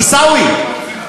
עיסאווי,